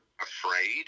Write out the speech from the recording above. afraid